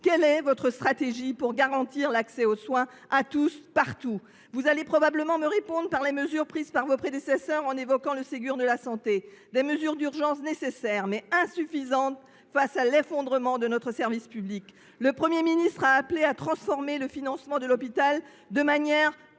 Quelle est votre stratégie pour garantir l’accès aux soins à tous et partout ? Vous allez probablement me répondre que cette stratégie passe par les mesures prises par vos prédécesseurs et évoquer le Ségur de la santé, qui a permis des mesures d’urgence nécessaires, mais insuffisantes face à l’effondrement de notre service public. Le Premier ministre a appelé à transformer le financement de l’hôpital de manière